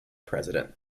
president